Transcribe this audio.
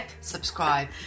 Subscribe